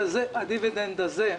הדיווידנד הזה,